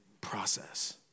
Process